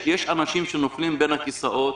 יש אנשים שנופלים בין הכיסאות